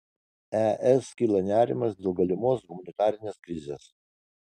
es kyla nerimas dėl galimos humanitarinės krizės